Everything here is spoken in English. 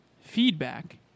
feedback